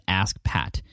askpat